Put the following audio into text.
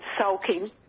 sulking